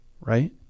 right